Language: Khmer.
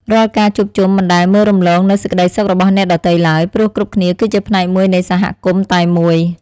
រាល់ការជួបជុំមិនដែលមើលរំលងនូវសេចក្ដីសុខរបស់អ្នកដទៃឡើយ ព្រោះគ្រប់គ្នាគឺជាផ្នែកមួយនៃសហគមន៍តែមួយ។